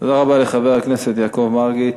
תודה רבה לחבר הכנסת יעקב מרגי.